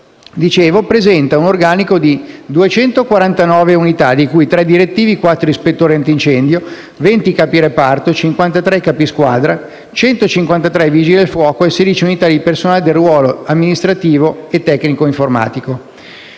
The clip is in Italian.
presenta un organico di 249 unità (di cui 3 direttivi, 4 ispettori antincendio, 20 capi reparto, 53 capi squadra, 153 vigili del fuoco e 16 unità di personale del ruolo amministrativo e tecnico informatico).